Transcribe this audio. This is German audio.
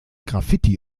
graffiti